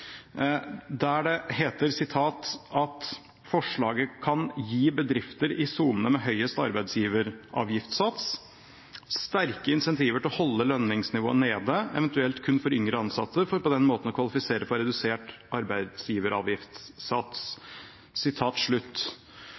der det heter at forslaget «vil gi bedrifter i sonene med høyest arbeidsgiveravgiftssats sterke insentiver til å holde lønnsnivået nede, eventuelt kun for yngre ansatte, for på den måten å kvalifisere for redusert arbeidsgiveravgiftssats».